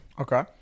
okay